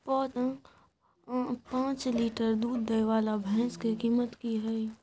प जॉंच लीटर दूध दैय वाला भैंस के कीमत की हय?